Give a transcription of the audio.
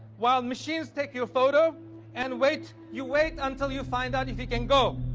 while machines take your photo and wait. you wait until you find out if you can go.